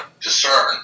discern